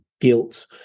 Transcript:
guilt